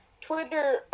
Twitter